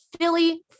Philly